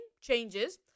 changes